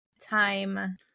time